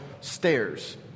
stairs